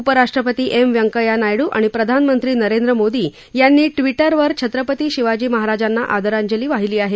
उपराष्ट्रपती एम व्यंकय्या नायड्र आणि प्रधानमंत्री नरेंद्र मोशी यांनी टविटरवर छत्रपती शिवाजी महाराजांना आ रांजली वाहिली आहे